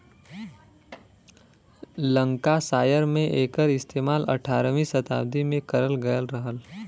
Lancashire में एकर इस्तेमाल अठारहवीं सताब्दी में करल गयल रहल